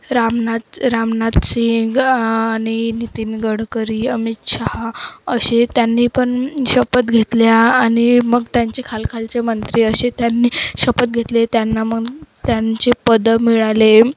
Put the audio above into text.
रामनाथ रामनाथ सिंग आणि नितीन गडकरी अमित शाहा असे त्यांनी पण शपथ घेतल्या आणि मग त्यांचे खालखालचे मंत्री असे त्यांनी शपथ घेतले त्यांना मग त्यांचे पद मिळाले